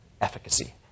efficacy